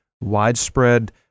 widespread